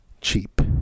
cheap